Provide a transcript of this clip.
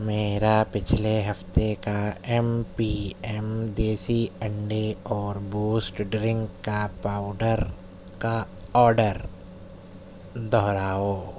میرا پچھلے ہفتے کا ایم پی ایم دیسی انڈے اور بوسٹ ڈرنک کا پاؤڈر کا آرڈر دہراؤ